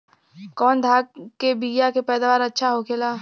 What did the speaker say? कवन धान के बीया के पैदावार अच्छा होखेला?